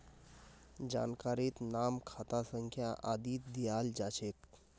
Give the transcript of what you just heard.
जानकारीत नाम खाता संख्या आदि दियाल जा छेक